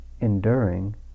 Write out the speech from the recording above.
enduring